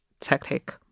tactic